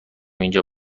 اینجا